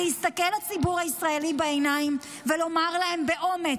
הוא להסתכל לציבור הישראלי בעיניים ולומר להם באומץ,